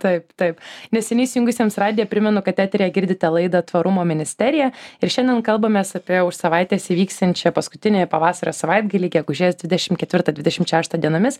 taip taip neseniai įsijungusiems radiją primenu kad eteryje girdite laidą tvarumo ministerija ir šiandien kalbamės apie už savaitės įvyksiančią paskutinį pavasario savaitgalį gegužės dvidešim ketvirtą dvidešim šeštą dienomis